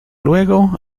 luego